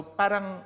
parang